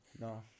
No